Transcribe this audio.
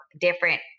different